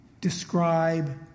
describe